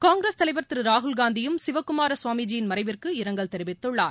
காங்கிரஸ் தலைவர் திரு ராகுல்காந்தியும் சிவக்குமார சுவாமிஜி யின் மறைவிற்கு இரங்கல் தெரிவித்துள்ளார்